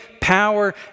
power